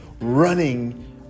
running